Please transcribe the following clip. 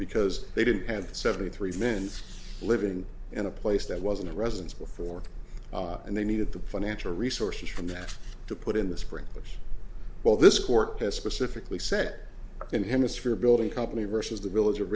because they didn't have seventy three men living in a place that wasn't a residence before and they needed the financial resources from that to put in the spring there's well this court has specifically set in hemisphere a building company versus the village of